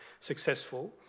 successful